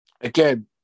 Again